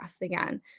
again